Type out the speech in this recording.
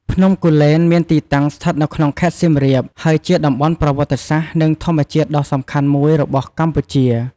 ភ្នំគូលែន មានទីតាំងស្ថិតនៅក្នុងខេត្តសៀមរាប ហើយជាតំបន់ប្រវត្តិសាស្ត្រនិងធម្មជាតិដ៏សំខាន់មួយរបស់កម្ពុជា។